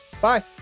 Bye